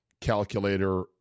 calculator